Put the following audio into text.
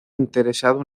interesado